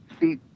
see